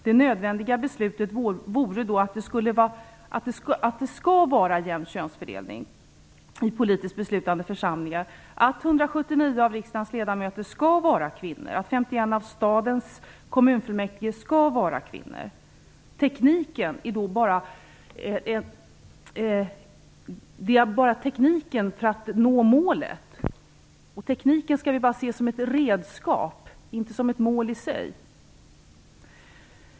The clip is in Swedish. Det nödvändiga beslutet skulle då innebära en jämn könsfördelning i politiskt beslutande församlingar - att 179 av riksdagens ledamöter skall vara kvinnor och att 51 av stadens kommunfullmäktige skall vara kvinnor. Detta är bara tekniken för att nå målet. Tekniken skall vi se endast som ett redskap och inte som ett mål i sig.